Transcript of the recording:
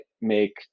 make